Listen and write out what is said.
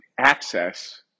Access